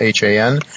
HAN